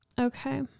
Okay